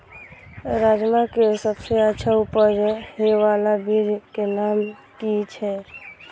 राजमा के सबसे अच्छा उपज हे वाला बीज के नाम की छे?